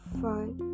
five